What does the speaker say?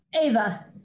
Ava